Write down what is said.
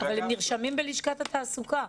אבל הם נרשמים בלשכת התעסוקה.